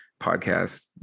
podcast